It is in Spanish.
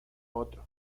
otro